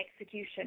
execution